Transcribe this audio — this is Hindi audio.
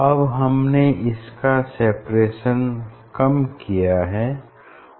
अब हमने इनका सेपरेशन कम किया है